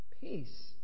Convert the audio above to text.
Peace